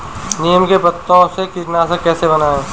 नीम के पत्तों से कीटनाशक कैसे बनाएँ?